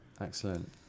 Excellent